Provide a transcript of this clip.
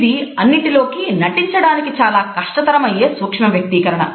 ఇది అన్నిటిలోకి నటించడానికి చాలా కష్టతరం అయ్యే సూక్ష్మ వ్యక్తీకరణ